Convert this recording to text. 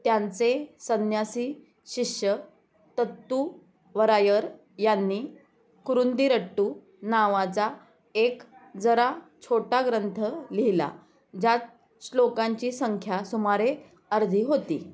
त्यांचे संन्यासी शिष्य तत्तुवरायर यांनी कुरुंदिरट्टू नावाचा एक जरा छोटा ग्रंथ लिहिला ज्यात श्लोकांची संख्या सुमारे अर्धी होती